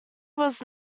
was